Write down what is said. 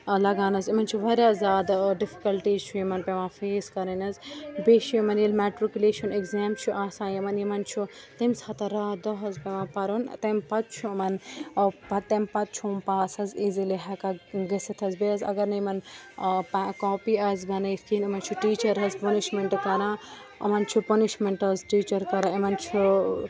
لَگان حظ یِمَن چھِ واریاہ زیادٕ ڈِفکَلٹیٖز چھُ یِمَن پٮ۪وان فیس کَرٕنۍ حظ بیٚیہِ چھِ یِمَن ییٚلہِ مٮ۪ٹرِکُلیشَن اٮ۪گزیم چھُ آسان یِمَن یِمَن چھُ تَمہِ ساتہٕ راتھ دۄہ حظ پٮ۪وان پَرُن تَمہِ پَتہٕ چھُ یِمَن پَتہٕ تَمہِ چھُ یِم پاس حظ ایٖزِلی ہٮ۪کان گٔژھِتھ حظ بیٚیہِ حظ اگر نہٕ یِمَن کاپی آسہِ بَنٲیِتھ کِہیٖنۍ یِمَن چھُ ٹیٖچَر حظ پٕنِشمٮ۪نٛٹ کَران یِمَن چھُ پٕنِشمٮ۪نٛٹ حظ ٹیٖچَر کَران یِمَن چھُ